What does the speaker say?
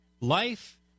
Life